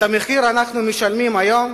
את המחיר אנחנו משלמים היום,